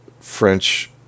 French